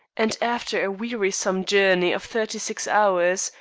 and after a wearisome journey of thirty-six hours,